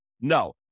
no